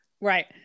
right